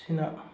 ꯑꯁꯤꯅ